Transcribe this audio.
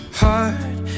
heart